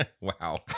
Wow